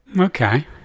Okay